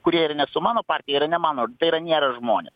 kurie yra ne su mano partija yra ne mano tai yra nėra žmonės